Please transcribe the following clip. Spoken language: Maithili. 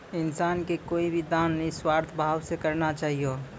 इंसान के कोय भी दान निस्वार्थ भाव से करना चाहियो